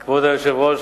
היושב-ראש,